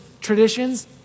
traditions